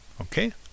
Okay